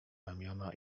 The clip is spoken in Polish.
ramiona